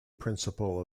principle